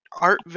art-